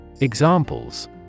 Examples